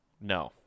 No